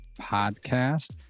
podcast